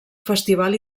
festival